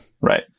right